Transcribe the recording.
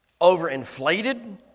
overinflated